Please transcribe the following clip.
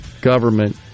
government